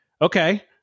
Okay